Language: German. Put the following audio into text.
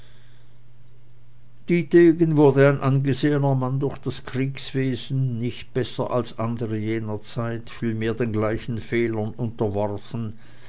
wurde ein angesehener mann durch das kriegswesen nicht besser als andere jener zeit vielmehr den gleichen fehlern unterworfen